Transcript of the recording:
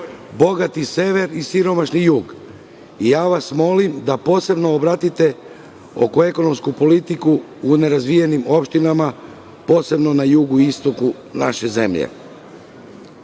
bogati sever i siromašni jug i molim vas da posebno obratite pažnju na ekonomsku politiku u nerazvijenim opštinama, posebno na jugu i istoku naše zemlje. Ovih